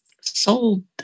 sold